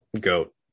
goat